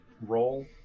roll